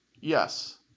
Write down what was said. Yes